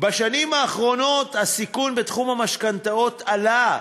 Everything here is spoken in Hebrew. "בשנים האחרונות הסיכון בתחום המשכנתאות עלה.